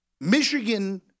Michigan